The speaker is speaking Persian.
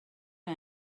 چرا